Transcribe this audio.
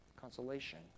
Consolation